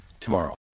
tomorrow